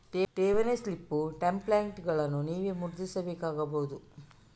ಠೇವಣಿ ಸ್ಲಿಪ್ ಟೆಂಪ್ಲೇಟುಗಳನ್ನು ನೀವು ಮುದ್ರಿಸಬೇಕಾಗಬಹುದು